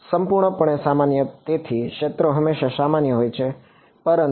સંપૂર્ણપણે સામાન્ય તેથી ક્ષેત્રો હંમેશાં સામાન્ય હોય છે પરંતુ